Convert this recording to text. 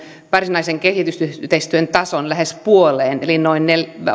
varsinaisen kehitysyhteistyön taso lähes puoleen eli noin